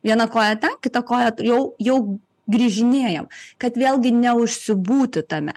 viena koja ten kita koja jau jau grįžinėjam kad vėlgi neužsibūti tame